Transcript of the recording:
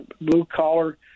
blue-collar